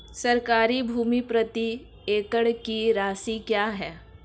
सरकारी भूमि प्रति एकड़ की राशि क्या है?